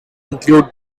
include